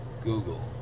Google